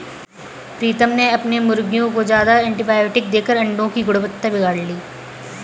प्रीतम ने अपने मुर्गियों को ज्यादा एंटीबायोटिक देकर अंडो की गुणवत्ता बिगाड़ ली